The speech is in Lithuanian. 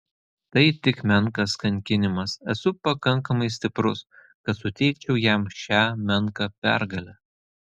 tai tik menkas kankinimas esu pakankamai stiprus kad suteikčiau jam šią menką pergalę